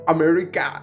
America